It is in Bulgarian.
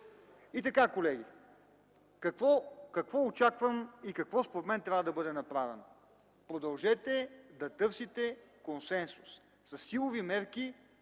И така, колеги, какво очаквам и какво, според мен, трябва да бъде направено? Продължавайте да търсите консенсуса! Със силови мерки